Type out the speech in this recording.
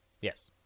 Yes